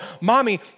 mommy